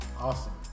awesome